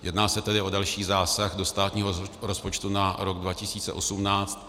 Jedná se tedy o další zásah do státního rozpočtu na rok 2018.